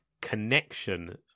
connection